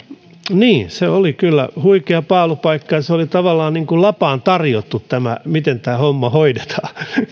niin se oli kyllä huikea paalupaikka ja se oli tavallaan niin kuin lapaan tarjottu miten tämä homma hoidetaan